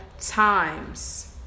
times